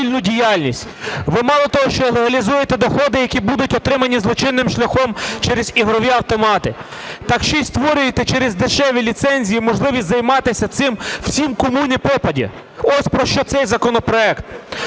ви мало того, що легалізуєте доходи, які будуть отримані злочинним шляхом через ігрові автомати, так ще і створюєте через дешеві ліцензії можливість займатися цим всім, кому ні попадя. Ось про що цей законопроект.